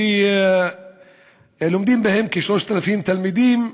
שלומדים בהם כ-3,000 תלמידים,